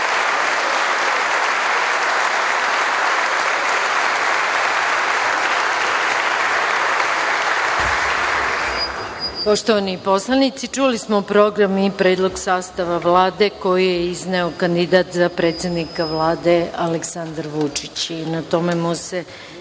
Poštovani poslanici, čuli smo program i predlog sastava Vlade koji je izneo kandidat za predsednika Vlade, Aleksandar Vučić